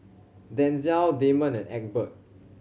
Denzell Damon and Egbert